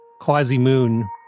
quasi-moon